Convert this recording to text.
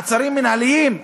מעצרים מינהליים,